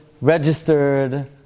registered